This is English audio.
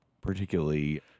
particularly